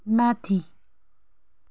माथि